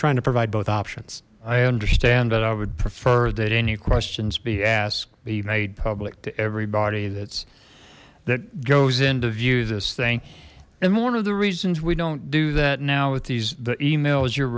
trying to provide both options i understand that i would prefer that any questions be asked be made public to everybody that's that goes into view this thing and one of the reasons we don't do that now with these the email as you're